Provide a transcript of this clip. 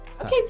Okay